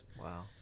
Wow